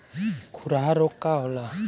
खुरहा रोग का होला?